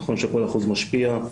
נכון שכל אחוז משפיע,